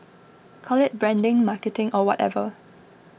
call it branding marketing or whatever